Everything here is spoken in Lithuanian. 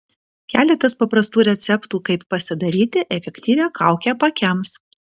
keletas paprastų receptų kaip pasidaryti efektyvią kaukę paakiams